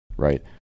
Right